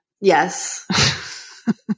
Yes